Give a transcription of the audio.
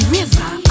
river